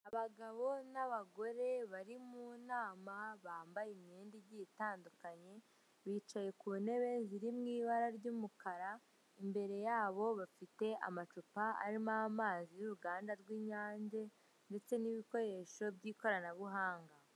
Abagabo n'abagore bari mu inama bambaye imyenda igiye itandukanye, bicaye ku ntebe ziri mu ibara ry'umukara, imbere ya bo bafite amacupa arimo amazi y'uruganda rw'inyange, ndetse n'ibikoresho by'ikoranabuhanga.